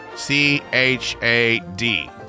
C-H-A-D